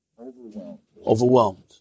Overwhelmed